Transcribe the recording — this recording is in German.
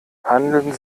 handeln